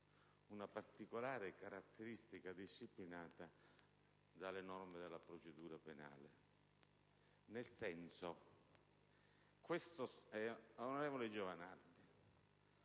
una particolare caratteristica disciplinata dalle norme della procedura penale.